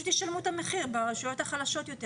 ישלמו את המחיר ברשויות החלשות יותר,